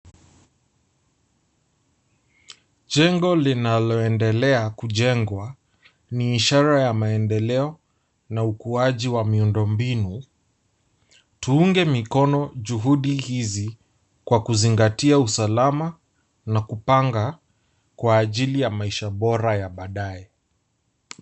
Jengo linaloendelea kujengwa ni ishara ya maendeleo na ukuaji wa miundo mbinu. Tuunge mikono juhudi hizi, kwa kuzingatia usalama na kupanga kwa ajili ya maisha bora ya baadaye.